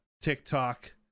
TikTok